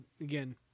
again